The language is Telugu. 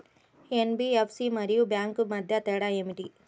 ఎన్.బీ.ఎఫ్.సి మరియు బ్యాంక్ మధ్య తేడా ఏమిటీ?